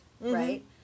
right